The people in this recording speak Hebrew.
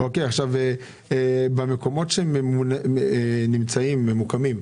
במקומות בהם הם ממוקמים,